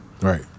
Right